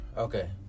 Okay